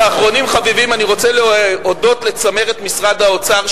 ואחרונים חביבים אני רוצה להודות לצמרת משרד האוצר,